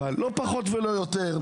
לא פחות ולא יותר,